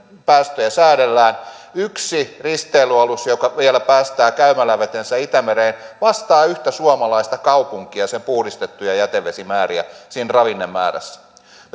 päästöjä säädellään yksi risteilyalus joka vielä päästää käymälävetensä itämereen vastaa yhtä suomalaista kaupunkia sen puhdistettuja jätevesimääriä ravinnemäärässä